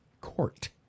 Court